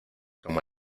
como